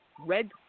red